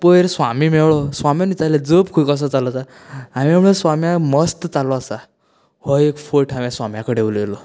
पयर स्वामी मेळ्ळो स्वामीन विचारलें जप कसो चालू आसा हांवेन म्हणलें स्वाम्या मस्त चालू आसा तो एक फट हांवेन स्वाम्या कडेन उलयलो